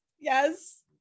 Yes